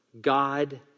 God